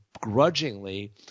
grudgingly –